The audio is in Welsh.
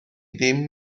ddim